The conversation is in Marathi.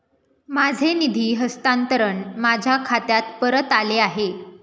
माझे निधी हस्तांतरण माझ्या खात्यात परत आले आहे